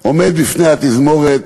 עומד בפני התזמורת,